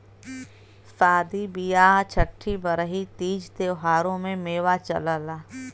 सादी बिआह छट्ठी बरही तीज त्योहारों में मेवा चलला